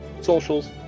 socials